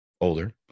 older